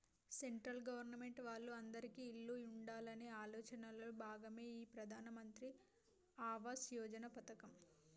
central government వాళ్ళు అందిరికీ ఇల్లు ఉండాలనే ఆలోచనలో భాగమే ఈ ప్రధాన్ మంత్రి ఆవాస్ యోజన పథకం